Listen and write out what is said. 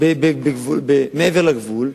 מעבר לגבול,